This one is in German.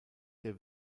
der